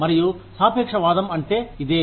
మరియు సాపేక్షవాదం అంటే ఇదే